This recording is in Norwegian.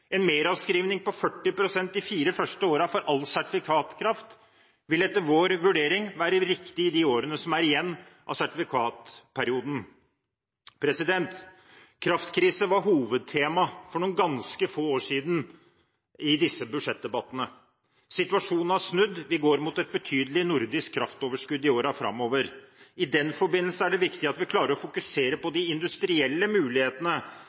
En meravskrivning på 40 pst. de fire første årene for all sertifikatkraft vil etter vår vurdering være riktig de årene som er igjen av sertifikatperioden. Kraftkrise var hovedtema for noen ganske få år siden i disse budsjettdebattene. Situasjonen har snudd – vi går mot et betydelig nordisk kraftoverskudd i årene framover. I den forbindelse er det viktig at vi klarer å fokusere på de industrielle mulighetene